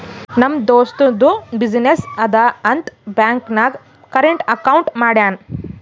ನಮ್ ದೋಸ್ತದು ಬಿಸಿನ್ನೆಸ್ ಅದಾ ಅಂತ್ ಬ್ಯಾಂಕ್ ನಾಗ್ ಕರೆಂಟ್ ಅಕೌಂಟ್ ಮಾಡ್ಯಾನ್